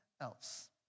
else